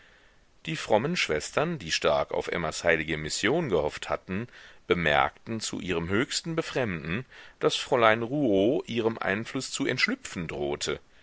die frommen schwestern die stark auf emmas heilige mission gehofft hatten bemerkten zu ihrem höchsten befremden daß fräulein rouault ihrem einfluß zu entschlüpfen drohte